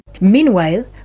Meanwhile